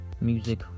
Music